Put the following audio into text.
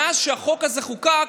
מאז שהחוק הזה חוקק,